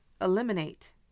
eliminate